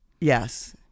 Yes